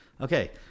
okay